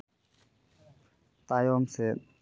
ᱛᱟᱭᱚᱢ ᱥᱮᱫ